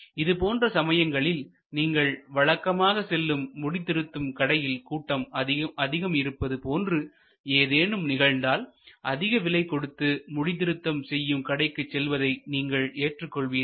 இதுபோன்ற சமயங்களில் நீங்கள் வழக்கமாக செல்லும் முடிதிருத்தும் கடையில் கூட்டம் அதிகம் இருப்பது போன்று ஏதேனும் நிகழ்ந்தால்அதிக விலை கொடுத்து முடிதிருத்தம் செய்யும் கடைக்கு செல்வதை நீங்கள் ஏற்றுக் கொள்வீர்கள்